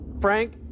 Frank